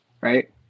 right